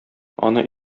аны